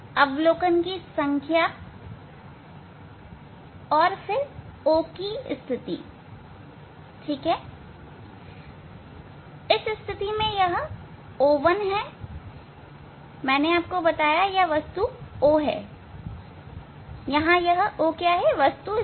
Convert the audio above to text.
अवलोकन की संख्या और फिर O की स्थिति मतलब यह इस स्थिति में O1 मैंने यह बताया है कि यह वस्तु O है यहां वस्तु स्थिति